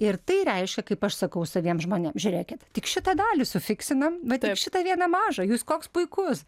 ir tai reiškia kaip aš sakau saviem žmonėm žiūrėkit tik šitą dalį sufiksinam va tik šitą vieną mažą jūs koks puikus